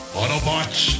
Autobots